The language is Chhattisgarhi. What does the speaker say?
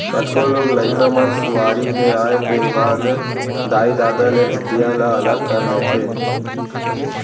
कतको लोग लइका मन सुआरी के आए के बाद दाई ददा ले हँड़िया ल अलग कर लेथें